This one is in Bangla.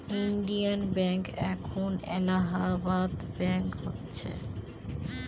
ইন্ডিয়ান ব্যাঙ্ক এখন এলাহাবাদ ব্যাঙ্ক হয়েছে